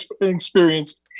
experience